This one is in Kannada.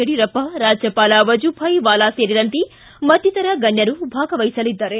ಯಡಿಯೂರಪ್ಪ ಹಾಗೂ ರಾಜ್ಯಪಾಲ ವಜೂಭಾಯ್ ವಾಲಾ ಸೇರಿದಂತೆ ಮತ್ತಿತರ ಗಣ್ಯರು ಭಾಗವಹಿಸಲಿದ್ದಾರೆ